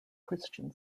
christian